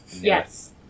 Yes